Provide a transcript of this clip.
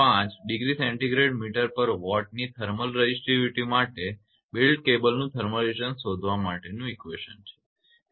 5 °C mtWatt °સે metre watt ની thermal resistivity માટે બેલ્ટ કેબલનું થર્મલ રેઝિસ્ટન્સ શોધવા માટે છે